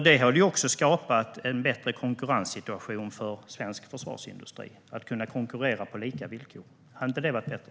Det har ju också skapat en bättre konkurrenssituation för svensk försvarsindustri, att kunna konkurrera på lika villkor. Hade inte det varit bättre?